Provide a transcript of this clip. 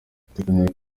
biteganyijwe